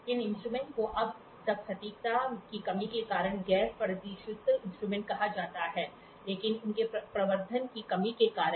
इस इंस्ट्रूमेंट को अब तक सटीकता की कमी के कारण गैर परिशुद्धता इंस्ट्रूमेंट कहा जा सकता है लेकिन उनके प्रवर्धन की कमी के कारण